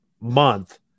month